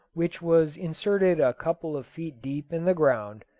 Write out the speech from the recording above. which was inserted a couple of feet deep in the ground,